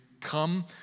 come